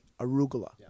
arugula